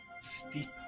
steep